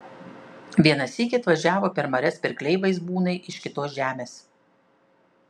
vieną sykį atvažiavo per marias pirkliai vaizbūnai iš kitos žemės